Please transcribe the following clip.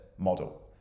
model